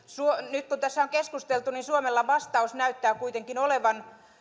nyt kun tässä on keskusteltu niin suomella vastaus näyttää kuitenkin olevan